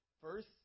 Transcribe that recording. First